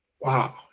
wow